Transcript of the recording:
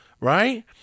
Right